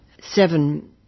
Seven